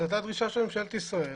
זו הייתה דרישה של ממשלת ישראל,